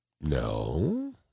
No